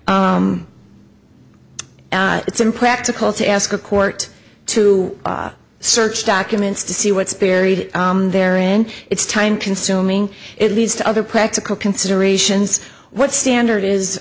it's impractical to ask a court to search documents to see what's buried there in its time consuming it leads to other practical considerations what standard is